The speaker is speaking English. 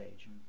age